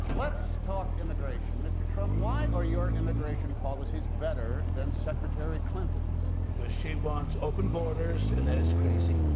let's talk immigration. mr. trump, why are your immigration policies better than secretary clinton's? because she wants open borders and that is crazy.